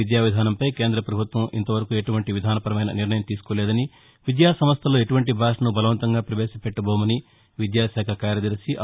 విద్యా విధానంపై కేంద్ర ప్రభుత్వం ఇంత వరకు ఎటువంటి విధానపరమైన నిర్ణయం తీసుకోలేదని విద్యా సంస్టల్లో ఎటువంటి భాషను బలవంతంగా పవేశపెట్టబోమని విద్యా శాఖ కార్యదర్శి ఆర్